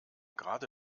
gerade